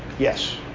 Yes